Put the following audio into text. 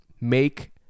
make